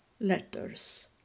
letters